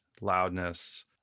loudness